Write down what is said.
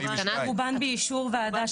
רובן באישור ועדה.